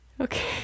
Okay